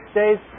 days